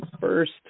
First